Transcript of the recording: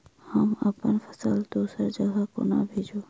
हम अप्पन फसल दोसर जगह कोना भेजू?